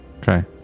Okay